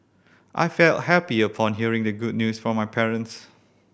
I felt happy upon hearing the good news from my parents